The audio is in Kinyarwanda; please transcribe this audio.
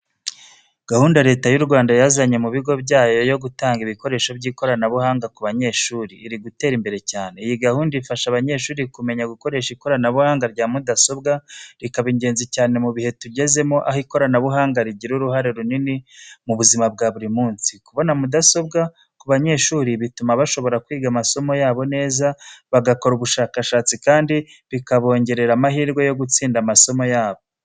Gahunda Leta y’u Rwanda yazanye mu bigo byayo yo gutanga ibikoresho by’ikoranabuhanga ku banyeshuri, iri gutera imbere cyane. Iyi gahunda ifasha abanyeshuri kumenya gukoresha ikoranabuhanga rya mudasobwa, rikaba ingenzi cyane mu bihe tugezemo aho ikoranabuhanga rigira uruhare runini mu buzima bwa buri munsi. Kubona mudasobwa ku banyeshuri bituma bashobora kwiga amasomo yabo neza, bagakora ubushakashatsi, kandi bikabongerera amahirwe yo gutsinda amasomo yabo.